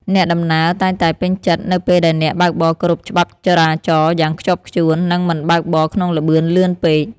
អ្នកដំណើរតែងតែពេញចិត្តនៅពេលដែលអ្នកបើកបរគោរពច្បាប់ចរាចរណ៍យ៉ាងខ្ជាប់ខ្ជួន និងមិនបើកបរក្នុងល្បឿនលឿនពេក។